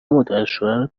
مادرشوهر